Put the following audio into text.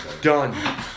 Done